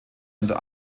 unter